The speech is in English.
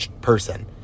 person